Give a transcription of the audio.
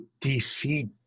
DC